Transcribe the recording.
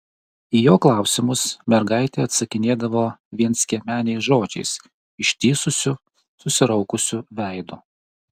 į jo klausimus mergaitė atsakinėdavo vienskiemeniais žodžiais ištįsusiu susiraukusiu veidu